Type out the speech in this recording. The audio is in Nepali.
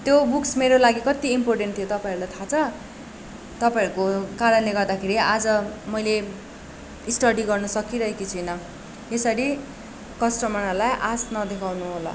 त्यो बुक्स् मेरो लागि कत्ति इम्पोर्टेन्ट थियो तपाईँहरूलाई थाहा छ तपाईँहरूको कारणले गर्दाखेरि आज मैले स्टडी गर्न सकिरहेकी छुइनँ यसरी कस्टमरहरलाई आश नदेखाउनु होला